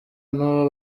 nuwo